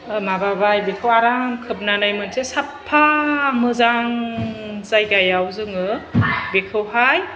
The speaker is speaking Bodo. ओह माबाबाय बेखौ आराम खोबनानै मोनसे साबफा मोजां जायगायाव जोङो बेखौहाय